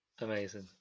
Amazing